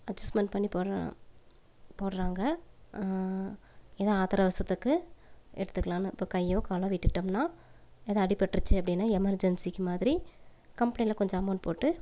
adjustment பண்ணி போடுறான் போடுறாங்க எதுவும் ஆத்திரம் அவசரத்துக்கு எடுத்துக்கலாம்னு இப்போது கையோ காலோ வெட்டிட்டோம்னா ஏதாக அடிப்பட்டுருச்சி அப்படின்னா எமெர்ஜென்சிக்கு மாதிரி கம்பளைன்டில் கொஞ்சம் அமௌண்ட் போட்டு